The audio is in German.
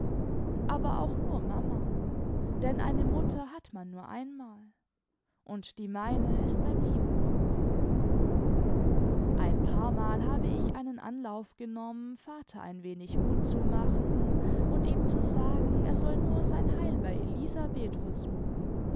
aber auch nur mama denn eine mutter hat man nur einmal und die meine ist beim lieben gott ein paarmal habe ich einen anlauf genommen vater ein wenig mut zu machen und ihm zu sagen er soll nur sein heil bei elisabeth versuchen